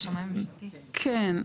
כן.